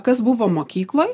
kas buvo mokykloj